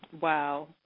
Wow